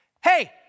Hey